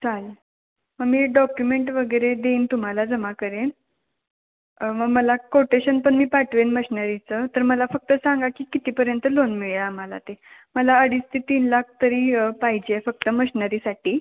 चालंल मग मी डॉक्युमेंट वगैरे देईन तुम्हाला जमा करेन मग मला कोटेशन पण मी पाठवेन मशिनरीचं तर मला फक्त सांगा की कितीपर्यंत लोन मिळेल आम्हाला ते मला अडीच ते तीन लाख तरी पाहिजे आहे फक्त मशनरीसाठी